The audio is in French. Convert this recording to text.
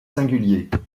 singuliers